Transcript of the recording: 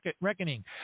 reckoning